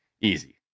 easy